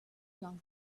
along